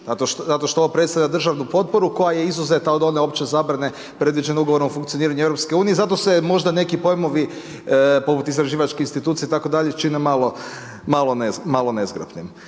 zato što ovo predstavlja državnu potporu koja je izuzeta od one opće zabrane predviđene ugovorom o funkcioniranju EU zato se možda neki pojmovi poput istraživačke institucije itd. čine malo nezgrapnim.